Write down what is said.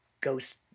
Ghost